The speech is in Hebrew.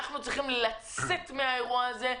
אנחנו צריכים לצאת מהאירוע הזה,